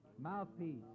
mouthpiece